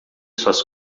suas